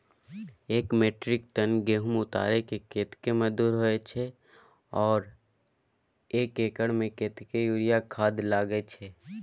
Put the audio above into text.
एक metric tonne गेहूं उतारेके कतेक मजदूरी होय छै आर एक एकर में कतेक यूरिया खाद लागे छै?